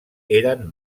eren